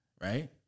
Right